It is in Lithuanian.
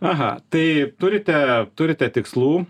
aha tai turite turite tikslų